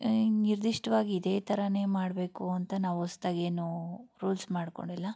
ನಿರ್ದಿಷ್ಟವಾಗಿ ಇದೇ ಥರವೇ ಮಾಡಬೇಕು ಅಂತ ನಾವು ಹೊಸ್ದಾಗೇನೂ ರೂಲ್ಸ್ ಮಾಡಿಕೊಂಡಿಲ್ಲ